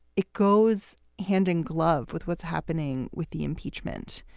it goes hand in glove with what's happening with the impeachment.